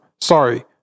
Sorry